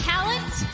Talent